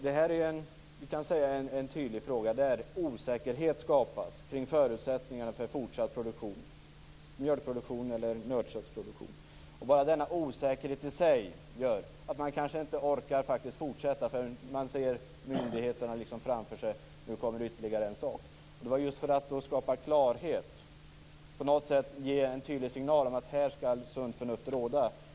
Det här är en tydlig fråga, där osäkerhet skapas kring förutsättningarna för fortsatt produktion, mjölkproduktion eller nötköttsproduktion. Bara denna osäkerhet i sig gör att man kanske inte orkar fortsätta, när man ser myndigheterna framför sig och att det kommer ytterligare en sak. Vi ville just skapa klarhet, för att ge en tydlig signal om att här skall sunt förnuft råda.